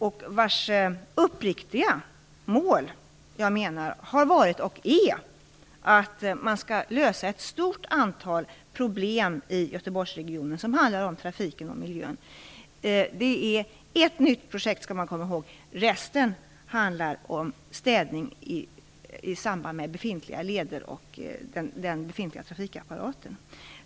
Jag menar att deras uppriktiga mål har varit och är att man skall lösa ett stort antal problem i Göteborgsregionen som handlar om trafiken och miljön. Man skall komma ihåg att detta är ett nytt projekt. Resten handlar om städning i samband med befintliga leder och den befintliga trafikapparaten.